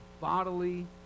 bodily